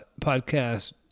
podcast